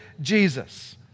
Jesus